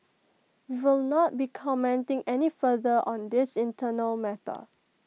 we will not be commenting any further on this internal matter